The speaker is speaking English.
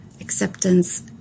Acceptance